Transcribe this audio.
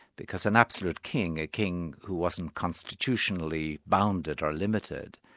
because an absolute king, a king who wasn't constitutionally bounded or limited,